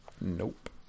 Nope